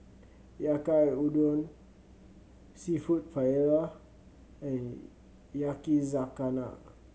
Yaki Udon Seafood Paella and Yakizakana